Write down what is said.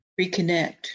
reconnect